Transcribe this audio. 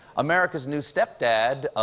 america's new step-dad,